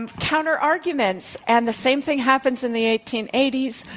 and counterarguments. and the same thing happens in the eighteen eighty s.